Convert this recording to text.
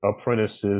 apprentices